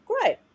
great